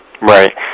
Right